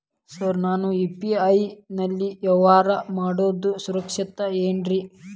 Sir ನಾನು UPI ನಲ್ಲಿ ವ್ಯವಹಾರ ಮಾಡೋದು ಸುರಕ್ಷಿತ ಏನ್ರಿ?